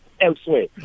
elsewhere